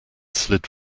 slid